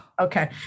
Okay